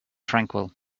tranquil